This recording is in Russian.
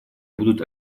будут